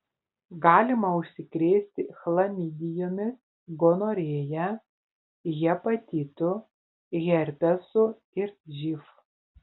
galima užsikrėsti chlamidijomis gonorėja hepatitu herpesu ir živ